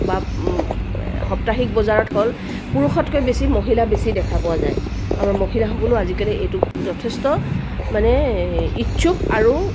বা সাপ্তাহিক বজাৰত হ'ল পুৰুষতকৈ বেছি মহিলা বেছি দেখা পোৱা যায় আমাৰ মহিলাসকলো আজিকালি এইটো যথেষ্ট মানে ইচ্ছুক আৰু